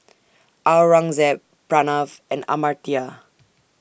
Aurangzeb Pranav and Amartya